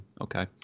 Okay